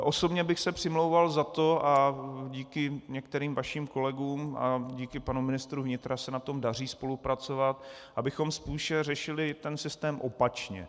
Osobně bych se přimlouval za to, a díky některým vašim kolegům a díky panu ministru vnitra se na tom daří spolupracovat, abychom spíše řešili ten systém opačně.